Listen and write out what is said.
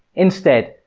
instead,